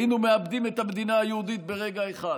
היינו מאבדים את המדינה היהודית ברגע אחד.